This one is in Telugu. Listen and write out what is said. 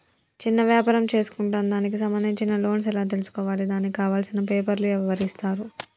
చిన్న వ్యాపారం చేసుకుంటాను దానికి సంబంధించిన లోన్స్ ఎలా తెలుసుకోవాలి దానికి కావాల్సిన పేపర్లు ఎవరిస్తారు?